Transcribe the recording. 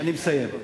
אני מסיים.